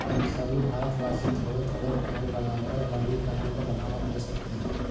हम सभी भारतवासी थोड़े थोड़े पेड़ लगाकर वनीकरण को बढ़ावा दे सकते हैं